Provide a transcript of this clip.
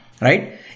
right